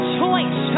choice